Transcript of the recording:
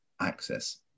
access